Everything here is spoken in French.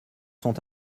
sont